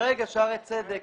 כרגע שערי צדק,